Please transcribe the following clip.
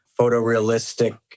photorealistic